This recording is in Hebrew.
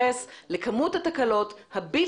להסביר לנו את כמות התקלות שגם הרגולטורים